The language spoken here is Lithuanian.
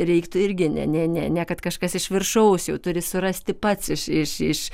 reiktų irgi ne ne ne ne kad kažkas iš viršaus jau turi surasti pats iš iš iš